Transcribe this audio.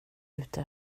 ute